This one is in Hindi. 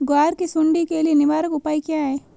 ग्वार की सुंडी के लिए निवारक उपाय क्या है?